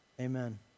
Amen